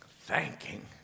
thanking